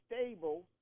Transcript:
stable